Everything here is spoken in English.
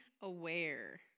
aware